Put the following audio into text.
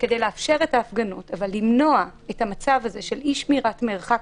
תקנת משנה (ג) נועדה כדי לאפשר את ההפגנות ולמנוע מצב של אי-שמירת מרחק,